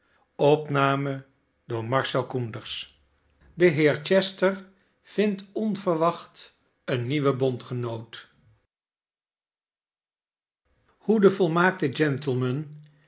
de heer chester vindt onverwacht een nieuwe bondgenoot hoe de volmaakte